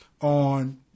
on